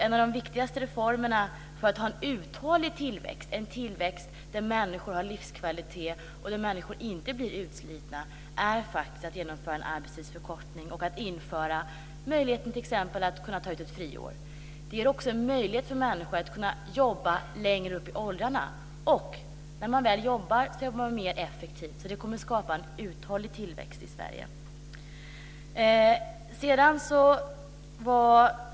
En av de viktigaste reformerna för en uthållig tillväxt, en tillväxt som ger livskvalitet för människor och som inte leder till att människor blir utslitna, är faktiskt att genomföra en arbetstidsförkortning inklusive t.ex. att ge arbetstagare möjlighet att ta ett friår. Detta ger också möjligheter för människor att jobba längre upp i åldrarna. När man väl arbetar blir man mer effektiv. Detta kommer att skapa en uthållig tillväxt i Sverige.